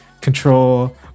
control